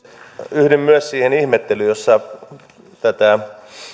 yhdyn myös ihmettelyyn siitä tätä